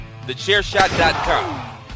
thechairshot.com